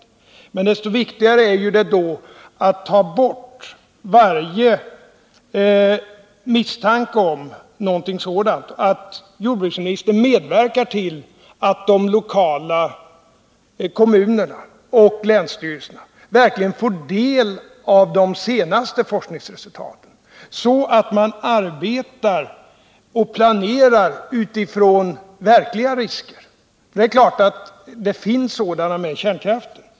Men då är det desto viktigare att ta bort varje misstanke om någonting sådant och att jordbruksministern medverkar till att kommunerna och länsstyrelserna verkligen får del av de senaste forskningsresultaten, så att man arbetar och planerar utifrån verkliga risker — det är klart att det finns sådana när det gäller kärnkraften.